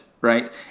right